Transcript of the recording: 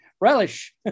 relish